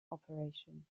operation